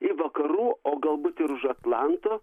į vakarų o galbūt ir už atlanto